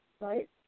right